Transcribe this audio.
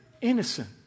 Innocent